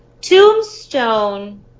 tombstone